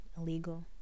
illegal